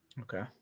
Okay